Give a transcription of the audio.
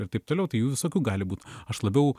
ir taip toliau tai jų visokių gali būt aš labiau